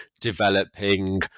developing